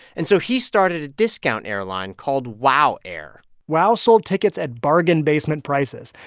and so he started a discount airline called wow air wow sold tickets at bargain basement prices,